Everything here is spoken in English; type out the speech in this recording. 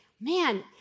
man